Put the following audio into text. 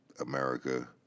America